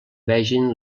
vegin